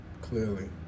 clearly